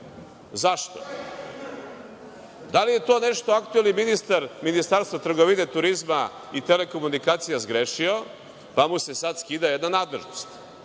Zašto? Da li je to nešto aktuelni ministar Ministarstva trgovine, turizma i telekomunikacija zgrešio, pa mu se sad skida jedna nadležnost?